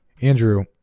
Andrew